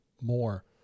more